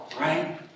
Right